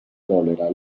collera